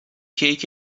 کیک